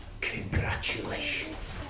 Congratulations